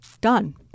done